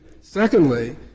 Secondly